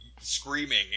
screaming